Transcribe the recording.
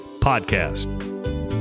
podcast